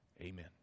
amen